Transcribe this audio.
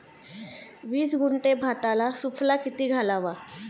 वीस गुंठे भाताला सुफला किती घालावा?